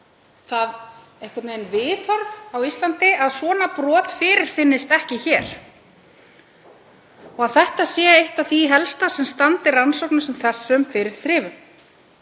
trú eða einhvern veginn það viðhorf á Íslandi að svona brot fyrirfinnist ekki hér og að það sé eitt af því helsta sem standi rannsóknum sem þessum fyrir þrifum.